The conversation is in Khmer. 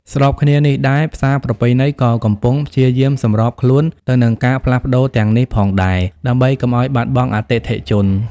ស្របគ្នានេះដែរ ផ្សារប្រពៃណី ក៏កំពុងព្យាយាមសម្របខ្លួនទៅនឹងការផ្លាស់ប្តូរទាំងនេះផងដែរ ដើម្បីកុំឲ្យបាត់បង់អតិថិជន។